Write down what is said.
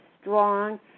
strong